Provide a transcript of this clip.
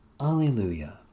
Alleluia